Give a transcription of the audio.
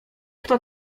kto